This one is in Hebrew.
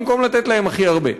במקום לתת להם הכי הרבה.